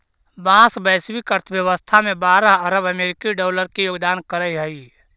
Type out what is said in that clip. बाँस वैश्विक अर्थव्यवस्था में बारह अरब अमेरिकी डॉलर के योगदान करऽ हइ